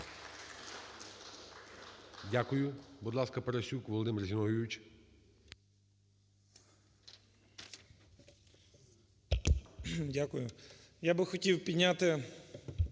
Дякую. Будь ласка, Парасюк Володимир Зиновійович.